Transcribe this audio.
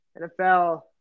NFL